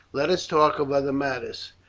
let us talk of other matters,